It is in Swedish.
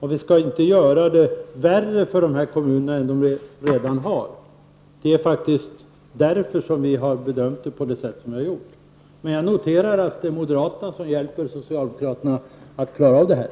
Vi skall inte göra det värre för de här kommunerna än det är redan nu. Det är faktiskt därför som vi för vår del har gjort den här bedömningen. Jag noterar emellertid att det är moderaterna som hjälper socialdemokraterna att klara av problemet.